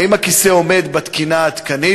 1. האם הכיסא עומד בתקינה העדכנית?